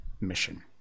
mission